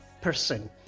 person